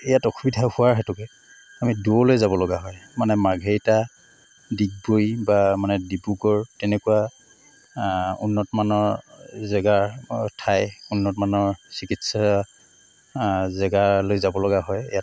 ইয়াত অসুবিধা হোৱাৰ হেতুকে আমি দূৰলৈ যাব লগা হয় মানে মাৰ্ঘেৰিটা ডিগবৈ বা মানে ডিব্ৰুগড় তেনেকুৱা উন্নত মানৰ জেগা ঠাই উন্নত মানৰ চিকিৎসা জেগালৈ যাব লগা হয় ইয়াত